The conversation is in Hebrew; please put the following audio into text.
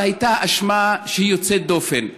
אבל הייתה האשמה שהיא יוצאת דופן: